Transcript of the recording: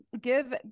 Give